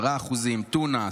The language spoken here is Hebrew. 10%; טונה,